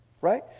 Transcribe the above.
right